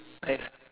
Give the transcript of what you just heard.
right